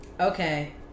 Okay